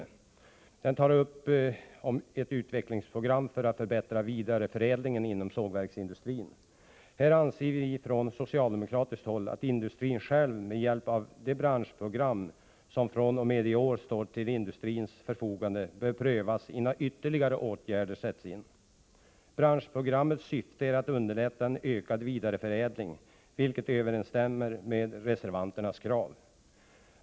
I den behandlas frågan om ett utvecklingsprogram för att förbättra vidareförädlingen inom sågverksindustrin. Från socialdemokratiskt håll anser vi att det branschprogram som fr.o.m. i år står till industrins förfogande bör prövas av industrin själv innan ytterligare åtgärder sätts in. Branschprogrammets syfte är att underlätta en ökad vidareförädling, vilket överensstämmer med reservanternas krav.